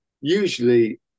Usually